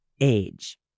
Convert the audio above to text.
age